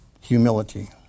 Humility